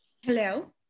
Hello